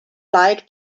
like